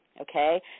Okay